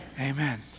Amen